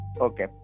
Okay